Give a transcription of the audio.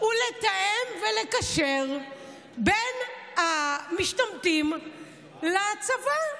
הוא לתאם ולקשר בין המשתמטים לצבא.